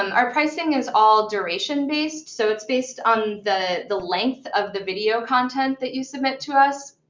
um our pricing is all duration-based, so it's based on the the length of the video content that you submit to us.